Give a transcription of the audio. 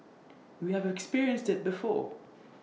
we have experienced IT before